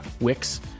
Wix